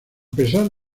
pesar